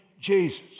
Jesus